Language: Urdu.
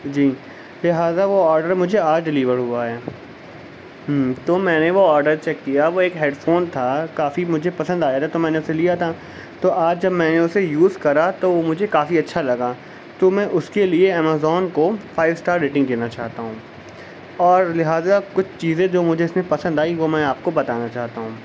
جی لہٰذا وہ آڈر مجھے آج ڈیلیور ہوا ہے تو میں نے وہ آڈر چیک کیا وہ ایک ہیڈ فون تھا کافی مجھے پسند آیا تھا تو میں نے اسے لیا تھا تو آج جب میں نے اسے یوز کرا تو وہ مجھے کافی اچھا لگا تو میں اس کے لیے امازون کو فائیو اسٹار ریٹنگ دینا چاہتا ہوں اور لہٰذا کچھ چیزیں جو مجھے اس میں پسند آئی وہ میں آپ کو بتانا چاہتا ہوں